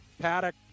paddock